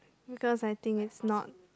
because I think it's not